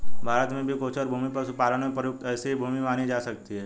भारत में भी गोचर भूमि पशुपालन में प्रयुक्त ऐसी ही भूमि मानी जा सकती है